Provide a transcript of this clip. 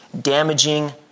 damaging